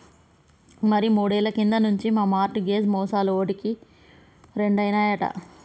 మరి మూడేళ్ల కింది నుంచి ఈ మార్ట్ గేజ్ మోసాలు ఓటికి రెండైనాయట